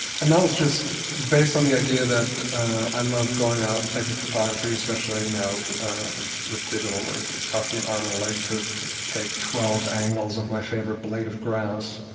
and that was just based on the idea that i love going out and taking photography, especially now with with digital where it doesn't cost me an arm and a leg to take twelve angles of my favorite blade of grass.